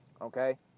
Okay